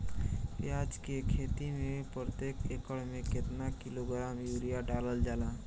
प्याज के खेती में प्रतेक एकड़ में केतना किलोग्राम यूरिया डालल जाला?